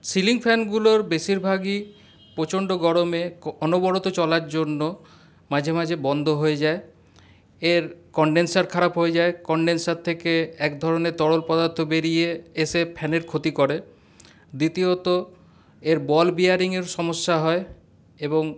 ceiling ফ্যানগুলোর বেশিরভাগই প্রচণ্ড গরমে অনবরত চলার জন্য মাঝে মাঝে বন্ধ হয়ে যায় এর কনডেনসার খারাপ হয়ে যায় কনডেনসার থেকে এক ধরনের তরল পদার্থ বেরিয়ে এসে ফ্যানের ক্ষতি করে দ্বিতীয়ত এর বল বিয়ারিংয়ের সমস্যা হয় এবং